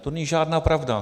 To není žádná pravda.